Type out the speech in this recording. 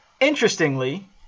Interestingly